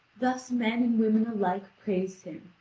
thus men and women alike praised him,